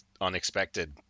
unexpected